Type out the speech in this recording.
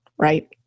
right